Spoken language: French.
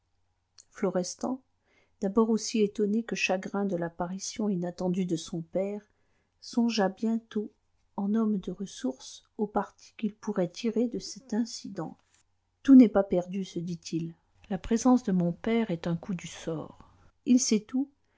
florestan d'abord aussi étonné que chagrin de l'apparition inattendue de son père songea bientôt en homme de ressources au parti qu'il pourrait tirer de cet incident tout n'est pas perdu se dit-il la présence de mon père est un coup du sort il sait tout